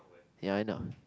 ya I know